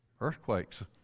earthquakes